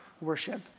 worship